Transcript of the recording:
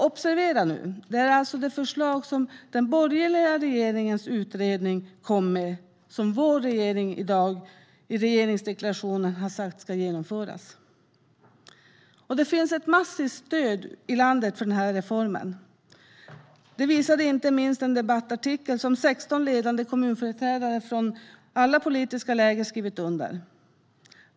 Observera att det är det förslag som den borgerliga regeringens utredning kom med som vår regering i regeringsdeklarationen har sagt ska genomföras. Det finns ett massivt stöd i landet för den här reformen. Det visade inte minst den debattartikel som 16 ledande kommunföreträdare från alla politiska läger har skrivit under.